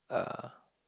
a